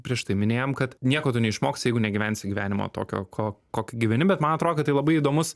prieš tai minėjom kad nieko tu neišmoksi jeigu negyvensi gyvenimo tokio ko kokį gyveni bet man atrodo kad tai labai įdomus